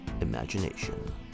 imagination